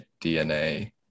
DNA